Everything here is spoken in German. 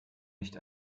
nicht